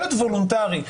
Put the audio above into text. שלט וולונטרי,